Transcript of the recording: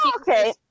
Okay